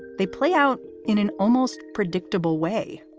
they play out in an almost predictable way.